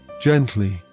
Gently